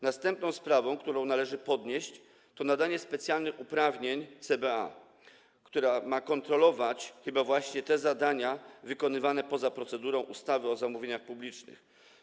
Następną sprawą, którą należy podnieść, jest nadanie specjalnych uprawnień CBA, które ma kontrolować chyba właśnie te zadania wykonywane poza procedurą ustawy o zamówieniach publicznych.